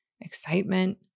excitement